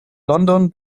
london